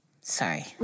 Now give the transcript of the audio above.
Sorry